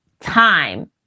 time